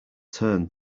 turned